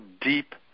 deep